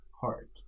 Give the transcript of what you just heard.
heart